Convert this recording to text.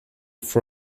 for